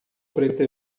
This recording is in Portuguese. preto